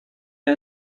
her